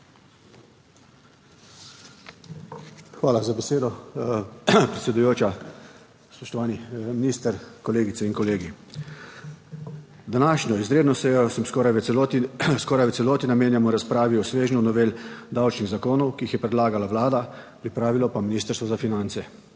Hvala za besedo, predsedujoča. Spoštovani minister, kolegice in kolegi! Današnjo izredno sejo skoraj v celoti namenjamo razpravi o svežnju novel davčnih zakonov, ki jih je predlagala Vlada, pripravilo pa Ministrstvo za finance.